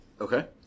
Okay